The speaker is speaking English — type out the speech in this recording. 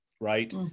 right